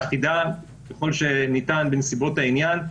ואחידה ככל שניתן בנסיבות העניין.